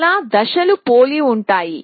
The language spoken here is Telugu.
చాలా దశలు పోలి ఉంటాయి